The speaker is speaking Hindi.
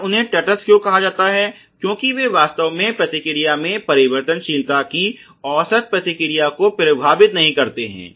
और उन्हें तटस्थ क्यों कहा जाता है क्यूंकि वे वास्तव में प्रतिक्रिया में परिवर्तनशीलता की औसत प्रतिक्रिया को प्रभावित नहीं करते हैं